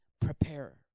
prepare